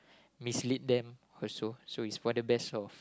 mislead them also so it's for the best of